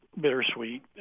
bittersweet